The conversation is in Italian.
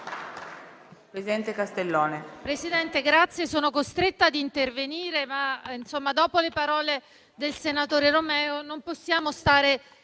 presidente Castellone,